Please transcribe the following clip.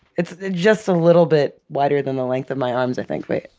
it's just a little bit wider than the length of my arms i think. wait.